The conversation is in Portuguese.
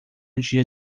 dia